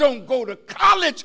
don't go to college